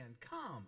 Come